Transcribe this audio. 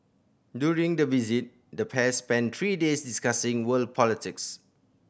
during the visit the pair spent three days discussing world politics